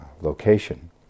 location